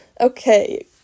okay